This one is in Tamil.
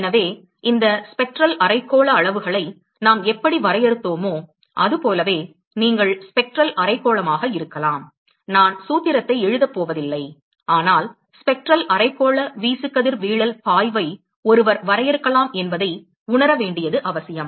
எனவே இந்த ஸ்பெக்ட்ரல் அரைக்கோள அளவுகளை நாம் எப்படி வரையறுத்தோமோ அதுபோலவே நீங்கள் ஸ்பெக்ட்ரல் அரைக்கோளமாக இருக்கலாம் நான் சூத்திரத்தை எழுதப் போவதில்லை ஆனால் ஸ்பெக்ட்ரல் அரைக்கோள வீசுகதிர்வீழல் பாய்வை ஒருவர் வரையறுக்கலாம் என்பதை உணர வேண்டியது அவசியம்